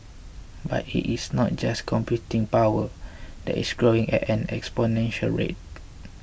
but it is not just computing power that is growing at an exponential rate